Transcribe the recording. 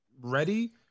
ready